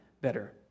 better